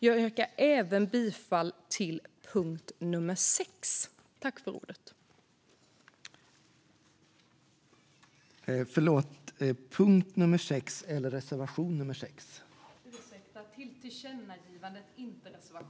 Jag yrkar även bifall till utskottets förslag om tillkännagivande under punkt 6.